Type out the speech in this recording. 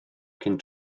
cyn